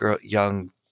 young